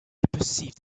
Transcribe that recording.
perceived